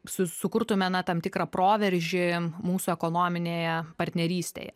su sukurtume na tam tikrą proveržį mūsų ekonominėje partnerystėje